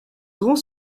grand